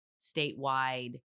statewide